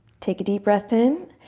take a deep breath in.